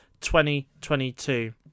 2022